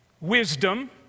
wisdom